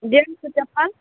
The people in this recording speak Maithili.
जेन्सके चप्पल